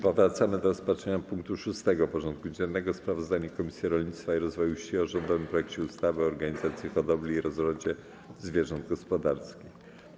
Powracamy do rozpatrzenia punktu 6. porządku dziennego: Sprawozdanie Komisji Rolnictwa i Rozwoju Wsi o rządowym projekcie ustawy o organizacji hodowli i rozrodzie zwierząt gospodarskich.